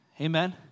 Amen